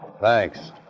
Thanks